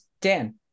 Dan